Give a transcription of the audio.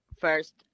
first